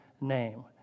name